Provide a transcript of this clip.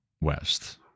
west